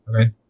okay